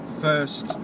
first